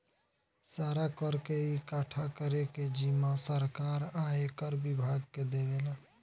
सारा कर के इकठ्ठा करे के जिम्मा सरकार आयकर विभाग के देवेला